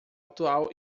atual